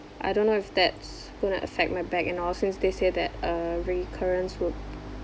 I don't know if that's gonna affect my back and all since they say that uh recurrence would